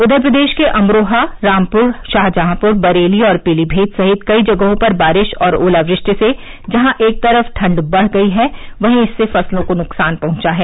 उधर प्रदेश के अमरोहा रामपुर शाहजहांपुर बरेली और पीलीमीत सहित कई जगहों पर बारिश और ओलावृष्टि से जहां एक तरफ ठंड बढ़ गई है वहीं इससे फ़सलों को नुकसान पहुंचा है